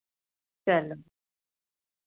चलो